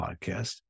podcast